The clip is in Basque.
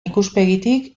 ikuspegitik